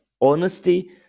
honesty